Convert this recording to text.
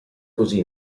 così